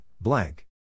blank